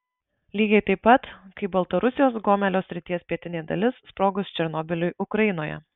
lygiai taip pat kaip baltarusijos gomelio srities pietinė dalis sprogus černobyliui ukrainoje